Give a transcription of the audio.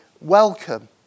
welcome